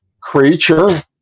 creature